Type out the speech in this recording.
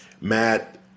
Matt